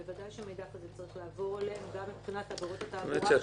בוודאי שמידע כזה צריך לעבור גם אם עבירות התעבורה נעברו בצבא.